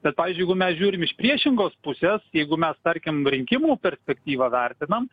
bet pavyzdžiui jeigu mes žiūrim iš priešingos pusės jeigu mes tarkim rinkimų perspektyvą vertinam